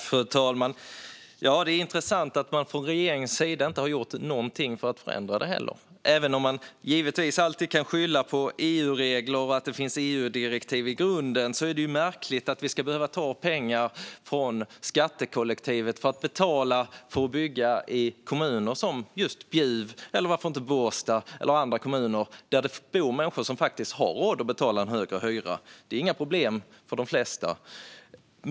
Fru talman! Det är intressant att man från regeringens sida inte heller har gjort någonting för att ändra det. Även om man givetvis alltid kan skylla på EU-regler och att det finns EU-direktiv i grunden är det märkligt att vi ska behöva ta pengar från skattekollektivet till att betala för att bygga i kommuner som just Bjuv eller varför inte Båstad eller andra kommuner där det bor människor som faktiskt har råd att betala en högre hyra. Det är inga problem för de flesta.